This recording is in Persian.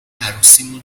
عروسیمون